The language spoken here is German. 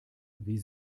wie